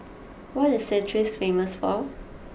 what is Castries famous for